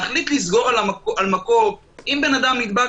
להחליט לסגור עם מקום אם בן אדם נדבק